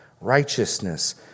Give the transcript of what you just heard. righteousness